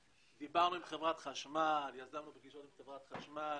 דיברנו עם חברת חשמל, יזמנו פגישות עם חברת חשמל.